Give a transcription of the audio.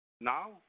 Now